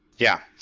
yeah,